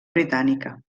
britànica